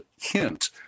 hint